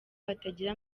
batagira